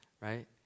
right